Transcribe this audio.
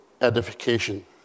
edification